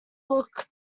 looked